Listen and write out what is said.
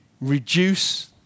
reduce